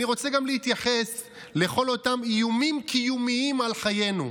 אני רוצה להתייחס גם לכל אותם איומים קיומיים על חיינו,